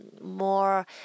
more